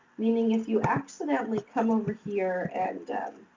meaning if you accidentally come over here and,